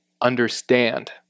understand